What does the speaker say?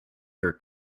your